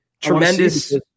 Tremendous